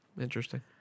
Interesting